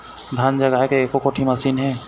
धान जगाए के एको कोठी मशीन हे?